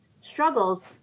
struggles